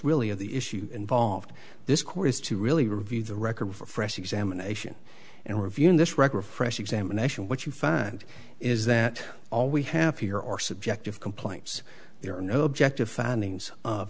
really of the issue involved this court is to really review the record for fresh examination and reviewing this record fresh examination what you find is that all we have here are subjective complaints there are no objective fanning's of